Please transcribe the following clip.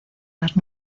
las